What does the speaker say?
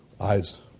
eyes